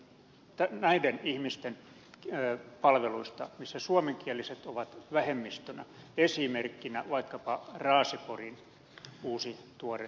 miten hallitus huolehtii näiden kuntien palveluista joissa suomenkieliset ovat vähemmistönä esimerkkinä vaikkapa raaseporin uusi tuore kaupunki